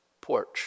porch